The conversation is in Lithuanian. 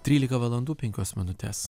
trylika valandų penkios minutės